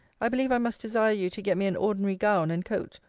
i believe i must desire you to get me an ordinary gown and coat,